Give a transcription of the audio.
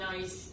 nice